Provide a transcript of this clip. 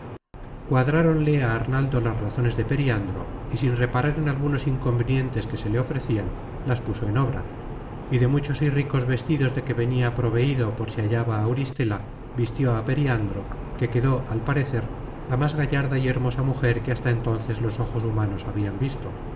arnaldo las razones de periandro y sin reparar en algunos inconvenientes que se le ofrecian las puso en obra y de muchos y ricos vestidos de que venia proveido por si hallaba á auristela vistió a periandro que quedó al parecer la más gallarda y hermosa mujer que hasta entonces los ojos humanos habian visto